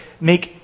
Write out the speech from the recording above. make